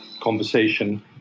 conversation